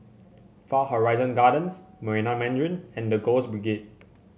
Far Horizon Gardens Marina Mandarin and The Girls Brigade